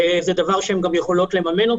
זה דבר שהן גם יכולות לממן,